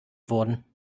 worden